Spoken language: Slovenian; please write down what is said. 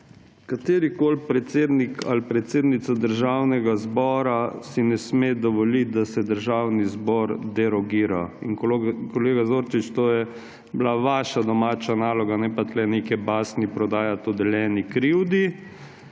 katerikoli predsednik ali predsednica Državnega zbora si ne sme dovoliti, da se Državni zbor derogira. In kolega Zorčič, to je bila vaša domača naloga, ne pa tukaj neke basni prodajati o deljeni krivdi.